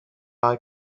eye